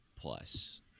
plus